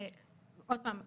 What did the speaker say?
עוד פעם,